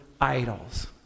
idols